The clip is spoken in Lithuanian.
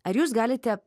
ar jūs galite